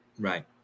Right